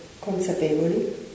consapevoli